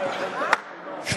לא נתקבלה.